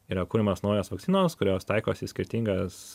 yra kuriamos naujos vakcinos kurios taikos į skirtingas